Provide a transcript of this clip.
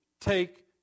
take